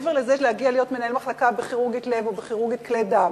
מעבר לכך שהוא הגיע להיות מנהל מחלקה בכירורגית לב או בכירורגית כלי דם,